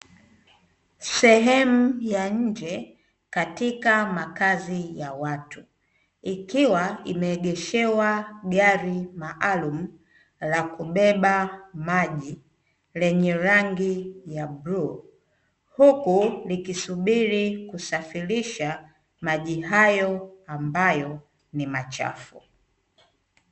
Sehemu ya nje katika makazi ya watu ikiwa imeegeshewa gari maalumu la kubeba maji lenye rangi ya bluu, huku likisubiri kusafirisha maji hayo ambayo ni machafu.